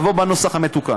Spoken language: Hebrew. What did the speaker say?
בנוסח המתוקן: